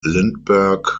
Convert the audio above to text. lindbergh